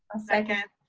a second.